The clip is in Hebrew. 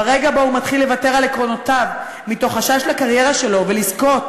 "ברגע שבו הוא מתחיל לוותר על עקרונותיו מתוך חשש לקריירה שלו" ולזכות,